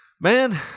man